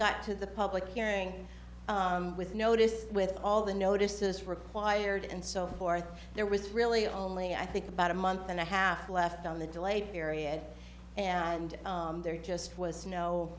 got to the public hearing with notice with all the notices required and so forth there was really only i think about a month and a half left on the delayed period and there just was no